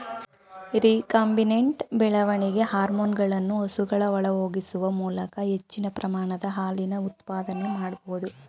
recombinant ಬೆಳವಣಿಗೆ ಹಾರ್ಮೋನುಗಳನ್ನು ಹಸುಗಳ ಒಳಹೊಗಿಸುವ ಮೂಲಕ ಹೆಚ್ಚಿನ ಪ್ರಮಾಣದ ಹಾಲಿನ ಉತ್ಪಾದನೆ ಮಾಡ್ಬೋದು